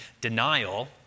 denial